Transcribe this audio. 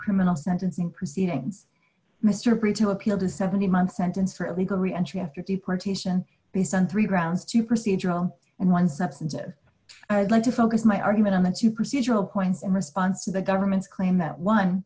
criminal sentencing proceedings mr brito appeal to seventeen month sentence for illegal reentry after deportation based on three rounds to procedural and one substantive i would like to focus my argument on that you procedural points in response to the government's claim that on